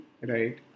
Right